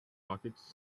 pockets